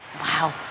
Wow